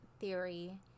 theory